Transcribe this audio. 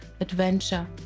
adventure